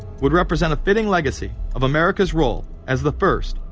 would represent a fitting legacy of america's role. as the first,